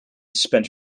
spent